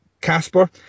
Casper